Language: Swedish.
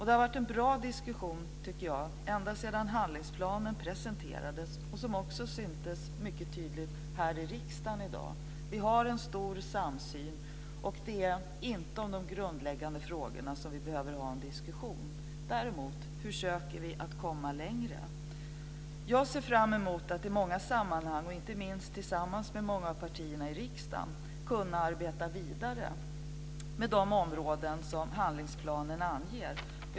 Det har varit en bra diskussion ända sedan handlingsplanen presenterades. Det syntes också mycket tydligt här i riksdagen i dag. Vi har en stor samsyn. Det är inte om de grundläggande frågorna som vi behöver ha en diskussion. Däremot försöker vi att komma längre. Jag ser fram emot att i många sammanhang, och inte minst tillsammans med många av partierna i riksdagen, kunna arbeta vidare med de områden som handlingsplanen anger.